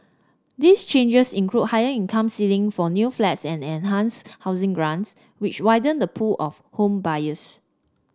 these changes include higher income ceiling for new flats and enhanced housing grants which widen the pool of home buyers